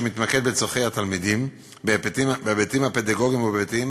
שמתמקד בצורכי התלמידים בהיבטים הפדגוגיים ובהיבטים